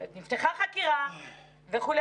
נפתחה חקירה וכו',